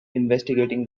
investigating